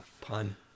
Pun